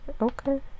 Okay